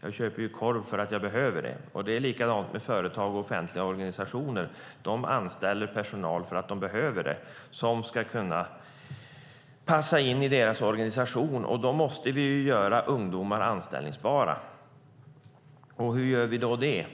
Jag köper en korv för att jag behöver den. Det är likadant med företag och offentliga organisationer. De anställer personal som ska kunna passa in i deras organisation för att de behöver det. Därför måste vi göra ungdomar anställningsbara. Hur gör vi det?